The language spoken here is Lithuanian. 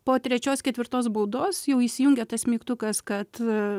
po trečios ketvirtos baudos jau įsijungia tas mygtukas kad